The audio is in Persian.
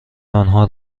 آنها